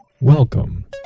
Welcome